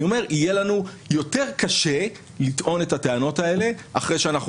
אני אומר שיהיה לנו יותר קשה לטעון את הטענות האלה אחרי שאנחנו